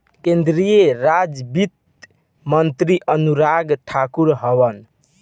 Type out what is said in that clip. केंद्रीय राज वित्त मंत्री अनुराग ठाकुर हवन